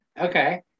Okay